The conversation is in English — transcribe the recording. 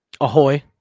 Ahoy